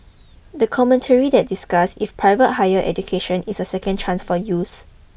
the commentary that discussed if private higher education is a second chance for youths